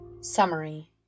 Summary